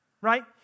right